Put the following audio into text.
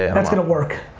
and that's gonna work.